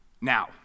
now